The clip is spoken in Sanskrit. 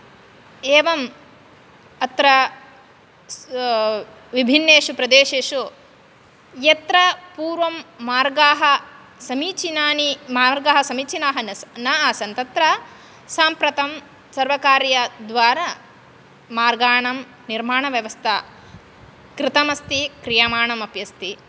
एवम् अत्र विभिन्नेषु प्रदेशेषु यत्र पूर्वं मार्गाः समीचीनानि मार्गाः समीचीनाः न न आसन् तत्र साम्प्रतं सर्वकारीयद्वारा मार्गाणां निर्माणव्यवस्था कृतमस्ति क्रियमाणमपि अस्ति